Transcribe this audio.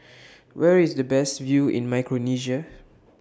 Where IS The Best View in Micronesia